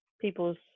people's